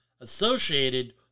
associated